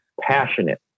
Passionate